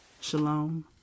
Shalom